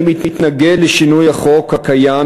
אני מתנגד לשינוי החוק הקיים,